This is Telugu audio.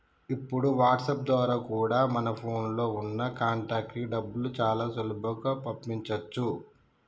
ఇప్పుడు వాట్సాప్ ద్వారా కూడా మన ఫోన్ లో ఉన్న కాంటాక్ట్స్ కి డబ్బుని చాలా సులభంగా పంపించొచ్చు